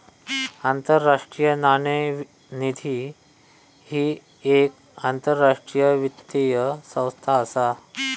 आंतरराष्ट्रीय नाणेनिधी ही येक आंतरराष्ट्रीय वित्तीय संस्था असा